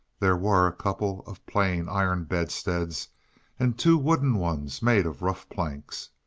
there were a couple of plain, iron bedsteads and two wooden ones made of rough planks.